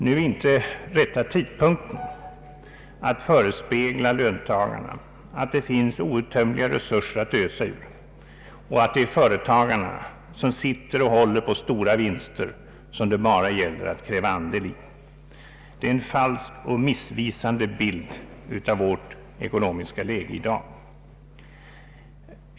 Nu är inte rätta tidpunkten att förespegla löntagarna att det finns outtömliga resurser att ösa ur och att företagarna sitter och håller på stora vinster, som det bara gäller att kräva andel i. Det är en falsk och missvisande bild av vårt ekonomiska läge i dag.